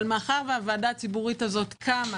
אבל מאחר שהוועדה הציבורית הזאת קמה